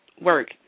work